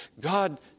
God